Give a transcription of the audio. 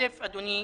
א', אדוני,